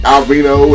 Alvino